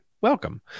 Welcome